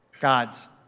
God's